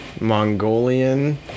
Mongolian